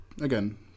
again